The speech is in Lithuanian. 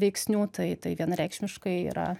veiksnių tai tai vienareikšmiškai yra